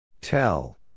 Tell